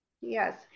yes